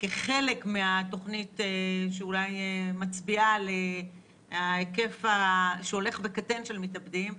כחלק מהתוכנית שאולי מצביעה על ההיקף שהולך וקטן של מתאבדים.